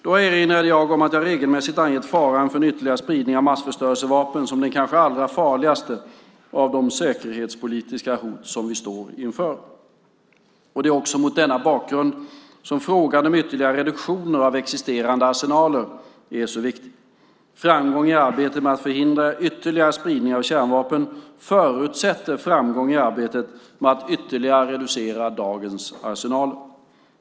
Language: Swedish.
Då erinrade jag om att jag regelmässigt angett faran för en ytterligare spridning av massförstörelsevapen som den kanske allra farligaste av de säkerhetspolitiska hot vi står inför. Det är också mot denna bakgrund som frågan om ytterligare reduktioner av existerande arsenaler är så viktig. Framgång i arbetet med att förhindra ytterligare spridning av kärnvapen förutsätter framgång i arbetet med att ytterligare reducera dagens arsenaler.